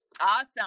Awesome